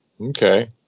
Okay